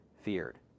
feared